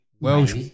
Welsh